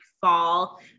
fall